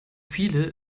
viele